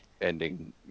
ending